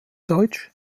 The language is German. deutsch